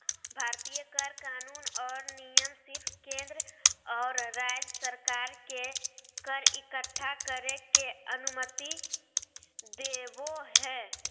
भारतीय कर कानून और नियम सिर्फ केंद्र और राज्य सरकार के कर इक्कठा करे के अनुमति देवो हय